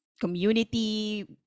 community